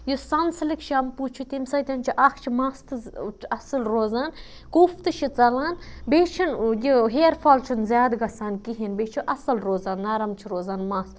یُس Sunsilk shampoo چھُ تمہِ سۭتۍ چھِ اَکھ چھِ مَس تہٕ اَصٕل روزان قُف تہِ چھِ ژَلان بیٚیہِ چھِنہٕ یہِ ہِیَرفال چھُنہٕ زیادٕ گژھان کِہیٖنۍ بیٚیہِ چھِ اَصٕل روزان نرم چھِ روزان مَس